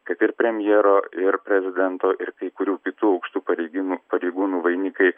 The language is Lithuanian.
kad ir premjero ir prezidento ir kai kurių kitų aukštų pareigiūnų pareigūnų vainikai